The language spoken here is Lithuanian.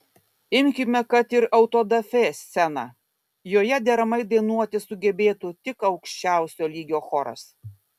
imkime kad ir autodafė sceną joje deramai dainuoti sugebėtų tik aukščiausio lygio choras